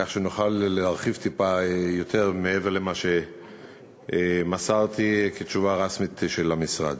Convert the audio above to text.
כך שנוכל להרחיב טיפה יותר מעבר למה שמסרתי כתשובה רשמית של המשרד.